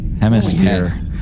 hemisphere